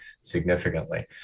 significantly